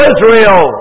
Israel